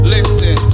Listen